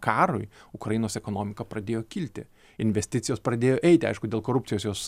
karui ukrainos ekonomika pradėjo kilti investicijos pradėjo eiti aišku dėl korupcijos jos